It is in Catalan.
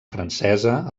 francesa